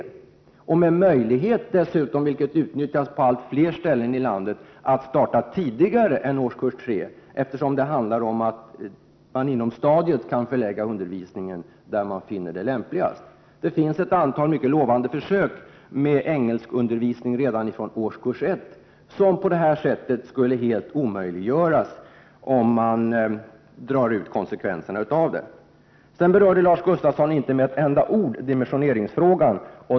Dessutom finns möjligheten — och denna utnyttjas på allt fler platser i landet —att starta med engelskundervisning före årskurs 3. Inom stadiet kan man ju förlägga undervisningen till den årskurs som man anser vara den lämpligaste. Det finns ett antal mycket lovande försök med engelskundervisning redan fr.o.m. årskurs 1, vilket dock helt skulle omöjliggöras om nämnda förslag förverkligas. En analys av konsekvenserna i detta sammanhang visar på detta. Lars Gustafsson berörde inte med ett enda ord dimensioneringsfrågan.